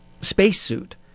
spacesuit